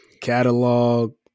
Catalog